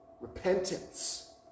Repentance